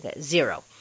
zero